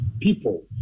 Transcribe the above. people